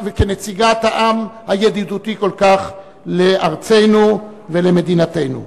וכנציגת העם הידידותי כל כך לארצנו ולמדינתנו.